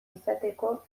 izateko